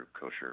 kosher